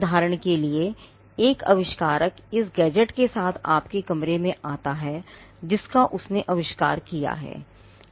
उदाहरण के लिए एक आविष्कारक इस गैजेट के साथ आपके कमरे में आता है जिसका उसने नया आविष्कार किया है